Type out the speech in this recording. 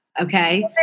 Okay